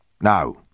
Now